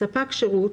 " ספק שירות